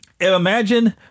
imagine